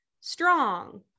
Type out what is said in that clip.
strong